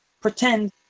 pretend